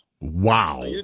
Wow